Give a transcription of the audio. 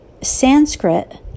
Sanskrit